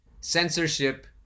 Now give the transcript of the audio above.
Censorship